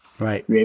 Right